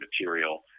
material